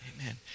amen